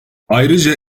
ayrıca